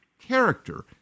character